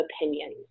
opinions